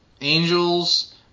angels